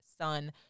son